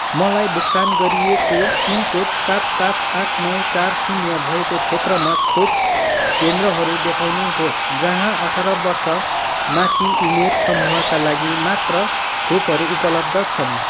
मलाई भुक्तान गरिएको पिनकोड सात पाँच आठ नौ चार शून्य भएको क्षेत्रमा खोप केन्द्रहरू देखाउनुहोस् जहाँ अठार वर्षमाथि उमेर समूहका लागि मात्र खोपहरू उपलब्ध छन्